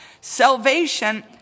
Salvation